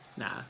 Nah